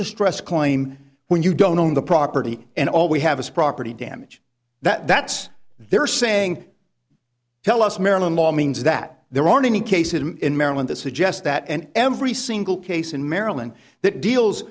distress claim when you don't own the property and all we have a property damage that's they're saying tell us maryland law means that there aren't any cases in maryland that suggest that and every single case in maryland that deals